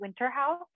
Winterhouse